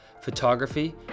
photography